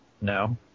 No